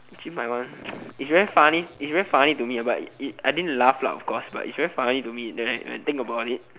actually my one it's very it's very funny to me but I didn't laugh lah of course but it's very funny to me when when I think about it